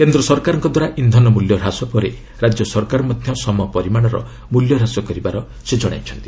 କେନ୍ଦ୍ର ସରକାରଙ୍କଦ୍ୱାରା ଇନ୍ଧନ ମୂଲ୍ୟ ହ୍ରାସ ପରେ ରାଜ୍ୟ ସରକାର ମଧ୍ୟ ସମ ପରିବାଣର ମୂଲ୍ୟ ହ୍ରାସ କରିବାର ସେ ଜଣାଇଛନ୍ତି